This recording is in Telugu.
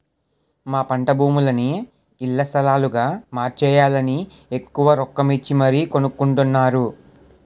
మా పంటభూములని ఇళ్ల స్థలాలుగా మార్చేయాలని ఎక్కువ రొక్కమిచ్చి మరీ కొనుక్కొంటున్నారు